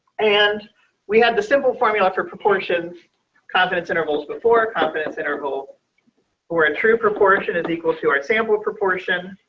and we had the simple formula for proportions confidence intervals before confidence interval for a true proportion is equal to our sample proportion